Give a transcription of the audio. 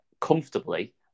comfortably